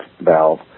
valve